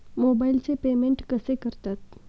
मोबाइलचे पेमेंट कसे करतात?